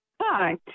Hi